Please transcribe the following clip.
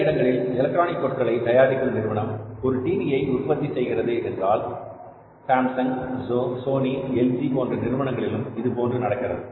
சில இடங்களில் எலக்ட்ரானிக் பொருட்களை தயாரிக்கும் நிறுவனம் ஒரு டிவியை உற்பத்தி செய்கிறது என்றால் சாம்சங் சோனி எல்ஜி போன்ற நிறுவனங்களிலும் இது போன்று நடக்கிறது